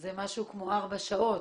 זה משהו כמו ארבע שעות.